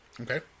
Okay